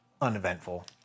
uneventful